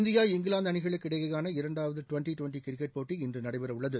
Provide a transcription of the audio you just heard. India இங்கிலாந்து அணிகளுக்கிடையேயான இரண்டாவது டிவெண்டி டிவெண்டி கிரிக்கெட் போட்டி இன்று நடைபெறவுள்ளது